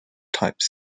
type